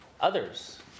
others